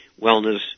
wellness